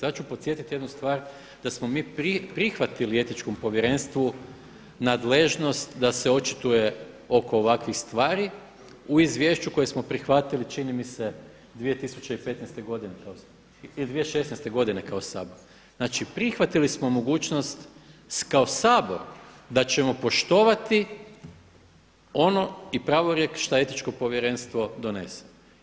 Ja ću podsjetiti jednu stvar da smo mi prihvatili Etičkom povjerenstvu nadležnost da se očituje oko ovakvih stvari u izvješću koje smo prihvatili čini mi se 2015. godine ili 2016. godine kao Sabor, znači prihvatili smo mogućnost kao Sabor da ćemo poštovati ono i pravorijek šta Etičko povjerenstvo donese.